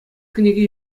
кӗнеке